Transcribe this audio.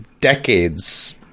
decades